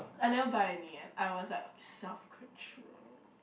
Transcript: I never buy any eh I was like self control